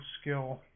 skill